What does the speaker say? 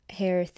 hair